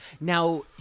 Now